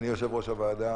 אני יושב-ראש הוועדה.